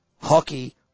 Hockey